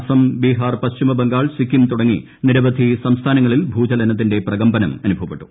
അസം ബിഹാർ പശ്ചിമ ബംഗാൾ സിക്കിം തുടങ്ങി നിരവധി സംസ്ഥാനങ്ങളിൽ ഭൂചലനത്തിന്റെ പ്രകമ്പനം അനുഭവപ്പെട്ടു